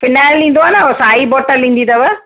phenyl ईंदो आहे न उहो साई बॉटल ईंदी अथव